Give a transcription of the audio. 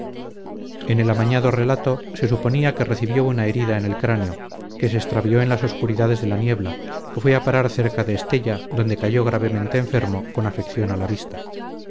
el amañado relato se suponía que recibió una herida en el cráneo que se extravió en las obscuridades de la niebla que fue a parar cerca de estella donde cayó gravemente enfermo con afección a la vista